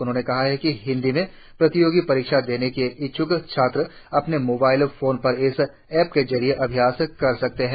उन्होंने कहा कि हिन्दी में प्रतियोगी परीक्षाएं देने के इच्छ्क छात्र अपने मोबाइल फोन पर इस ऐप के जरिये अभ्यास कर सकते हैं